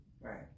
Right